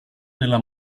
della